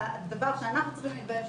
הדבר שאנחנו צריכים להתבייש,